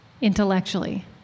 intellectually